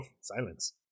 silence